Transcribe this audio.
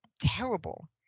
terrible